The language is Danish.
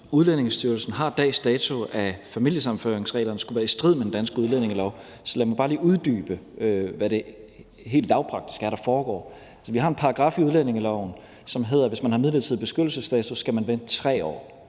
Udlændingestyrelsen har dags dato af familiesammenføringsreglerne, skulle være i strid med den danske udlændingelov. Så lad mig bare lige uddybe, hvad det helt lavpraktisk er, der foregår. Vi har en paragraf i udlændingeloven, som siger, at hvis man har midlertidig beskyttelsesstatus, skal man vente 3 år.